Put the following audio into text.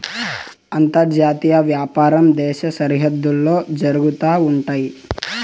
అంతర్జాతీయ వ్యాపారం దేశ సరిహద్దుల్లో జరుగుతా ఉంటయి